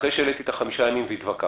ואחרי שהעליתי את העניין והתווכחתי